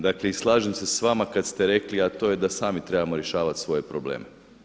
Dakle i slažem se s vama kada ste rekli a to je da sami trebamo rješavati svoje probleme.